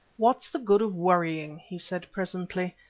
what's the good of worrying? he said presently.